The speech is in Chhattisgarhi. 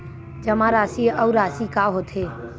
जमा राशि अउ राशि का होथे?